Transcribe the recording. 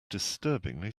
disturbingly